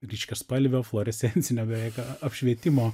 ryškiaspalvio fluorescencinio beveik apšvietimo